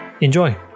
Enjoy